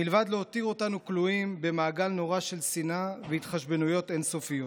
מלבד להותיר אותנו כלואים במעגל נורא של שנאה והתחשבנויות אין-סופיות?